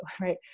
Right